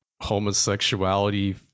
homosexuality